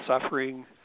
suffering